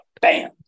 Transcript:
Bam